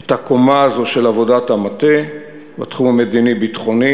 את הקומה הזו של עבודת המטה בתחום המדיני-ביטחוני